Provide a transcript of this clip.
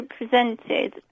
represented